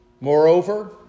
Moreover